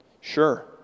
Sure